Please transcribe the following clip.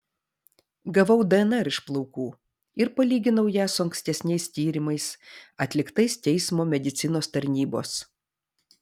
gavau dnr iš plaukų ir palyginau ją su ankstesniais tyrimais atliktais teismo medicinos tarnybos